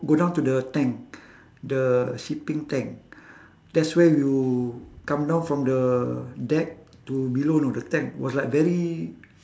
go down to the tank the shipping tank that's where you come down from the deck to below you know the tank was like very